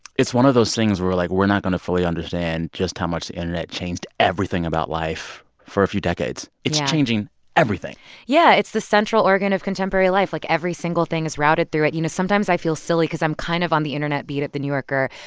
it's one of those things where, like, we're not going to fully understand just how much the internet changed everything about life for a few decades. it's changing everything yeah, it's the central organ of contemporary life. like, every single thing is routed through it. you know, sometimes i feel silly because i'm kind of on the internet beat at the new yorker.